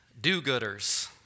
Do-gooders